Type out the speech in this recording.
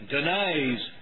Denies